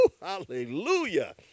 hallelujah